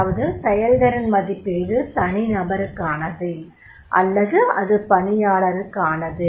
அதாவது செயல்திறன் மதிப்பீடு தனிநபருக்கானது அல்லது அது பணியாளருக்கானது